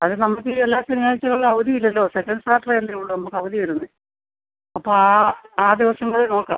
അത് നമുക്ക് എല്ലാ ശനിയാഴ്ചകളിലും അവധി ഇല്ലല്ലോ സെക്കൻഡ് സാറ്റർഡേ അല്ലേ ഉള്ളൂ നമുക്കവധി വരുന്നത് അപ്പോൾ ആ ആ ദിവസങ്ങളിൽ നോക്കാം